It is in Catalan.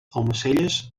almacelles